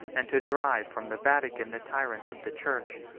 and to drive from the vatican the tyrant of the church.